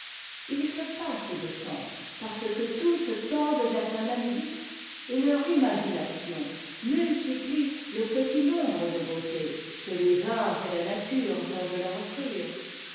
ils se passent de centre parce que tous tendent vers un même but et leur imagination multiplie le petit nombre de beautés que les arts et la nature peuvent leur offrir